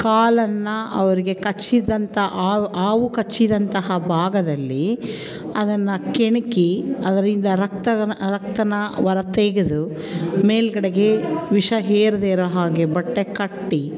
ಕಾಲನ್ನು ಅವರಿಗೆ ಕಚ್ಚಿದಂಥ ಹಾವು ಹಾವು ಕಚ್ಚಿದಂತಹ ಭಾಗದಲ್ಲಿ ಅದನ್ನು ಕೆಣಕಿ ಅದರಿಂದ ರಕ್ತ ರಕ್ತನ ಹೊರ ತೆಗೆದು ಮೇಲುಗಡೆಗೆ ವಿಷ ಏರ್ದೆ ಇರೋ ಹಾಗೆ ಬಟ್ಟೆ ಕಟ್ಟಿ